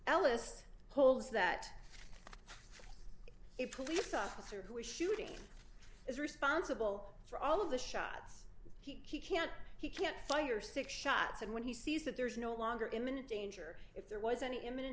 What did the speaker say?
ellis holds that it police officer who is shooting is responsible for all of the shots he can't he can't fire six shots and when he sees that there is no longer imminent danger if there was any imminent